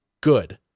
good